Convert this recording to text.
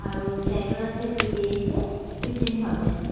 আৰু ফ্লেটৰ আছে two B H K fifteen thousand